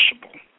possible